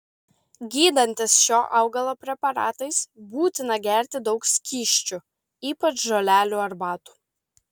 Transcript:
gydantis šio augalo preparatais būtina gerti daug skysčių ypač žolelių arbatų